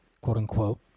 quote-unquote